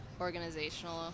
organizational